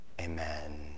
Amen